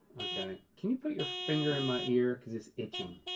okay, can you put your finger in my ear? cause it's itching.